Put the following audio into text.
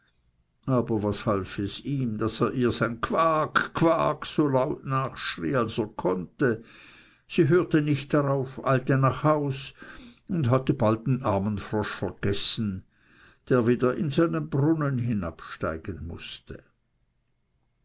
aber was half ihm daß er ihr sein quak quak so laut nachschrie als er konnte sie hörte nicht darauf eilte nach haus und hatte bald den armen frosch vergessen der wieder in seinen brunnen hinabsteigen mußte